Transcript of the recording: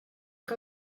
que